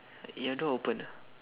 your door open ah